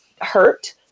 hurt